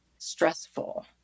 Stressful